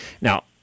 now